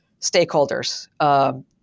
stakeholders